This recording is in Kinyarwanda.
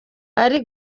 ari